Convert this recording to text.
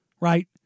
Right